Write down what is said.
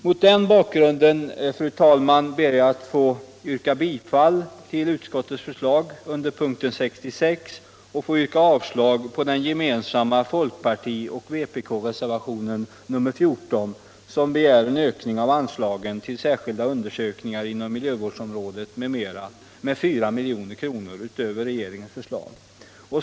Mot den bakgrunden, fru talman, ber jag att få yrka bifall till utskottets förslag under punkten 66 och yrka avslag på den gemensamma folkpartioch vpk-reservationen nr 14, som begär en ökning av anslaget till särskilda undersökningar inom miljöområdet m.m. med 4 milj.kr. utöver regeringens förslag.